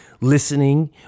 listening